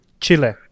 Chile